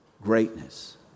greatness